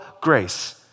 grace